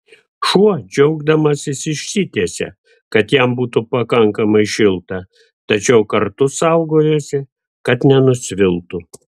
šuo džiaugdamasis išsitiesė kad jam būtų pakankamai šilta tačiau kartu saugojosi kad nenusviltų